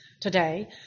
today